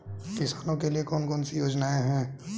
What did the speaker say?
किसानों के लिए कौन कौन सी योजनाएं हैं?